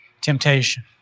temptation